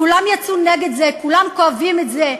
כולם יצאו נגד זה, כולם כואבים את זה.